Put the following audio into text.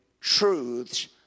truths